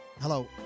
Hello